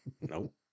Nope